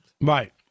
Right